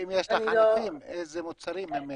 ואם יש לך, איזה מוצרים הם מייצאים?